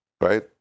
Right